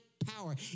power